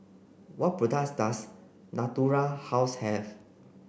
what products does Natura House have